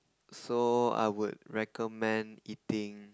so I would recommend eating